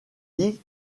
dit